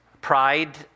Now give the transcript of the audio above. Pride